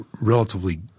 relatively